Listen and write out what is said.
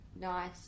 nice